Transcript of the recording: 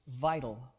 vital